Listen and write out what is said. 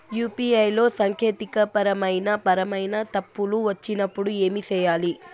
UPI లో సాంకేతికపరమైన పరమైన తప్పులు వచ్చినప్పుడు ఏమి సేయాలి